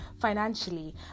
financially